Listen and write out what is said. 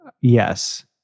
Yes